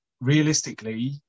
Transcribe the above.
realistically